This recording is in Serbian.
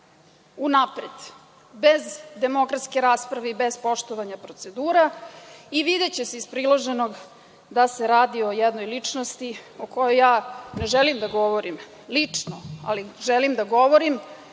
unapred, bez demokratske rasprave i bez poštovanja procedura. Videće se iz priloženog da se radi o jednoj ličnosti o kojoj ja ne želim da govorim lično, ali želim da govorim